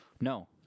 no